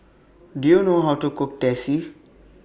Do YOU know How to Cook Teh C